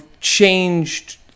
changed